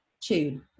tune